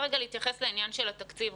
רגע להתייחס לעניין של התקציב,